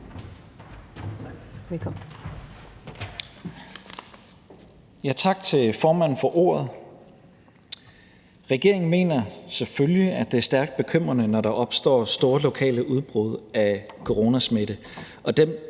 Tak til formanden for ordet. Regeringen mener selvfølgelig, at det er stærkt bekymrende, når der opstår store lokale udbrud af coronasmitte,